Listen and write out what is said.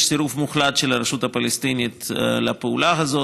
יש סירוב מוחלט של הרשות הפלסטינית לפעולה הזאת.